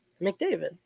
McDavid